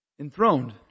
Enthroned